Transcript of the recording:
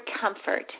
comfort